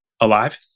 alive